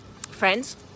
friends